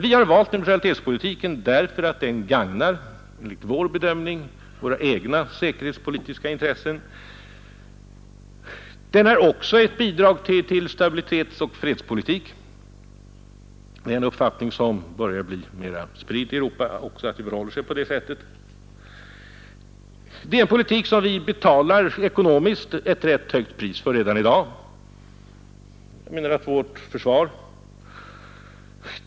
Vi har valt neutralitetspolitiken därför att den enligt vår bedömning gagnar våra egna säkerhetspolitiska intressen. Den är också ett bidrag till stabilitetsoch fredspolitiken. Att det förhåller sig på det sättet är också en uppfattning som börjar bli mera spridd i Europa. Det är en politik som vi ekonomiskt sett betalar ett rätt högt pris för redan i dag — jag syftar på vårt försvar.